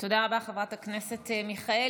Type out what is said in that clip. תודה רבה, חברת הכנסת מיכאלי.